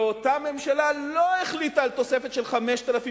ואותה ממשלה לא החליטה על תוספת של 5,000